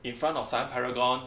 in front of siam paragon